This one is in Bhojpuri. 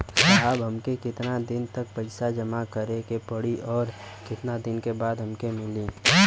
साहब हमके कितना दिन तक पैसा जमा करे के पड़ी और कितना दिन बाद हमके मिली?